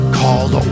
called